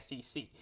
SEC